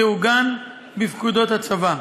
תעוגן בפקודות הצבא.